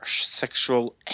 sexual